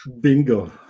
Bingo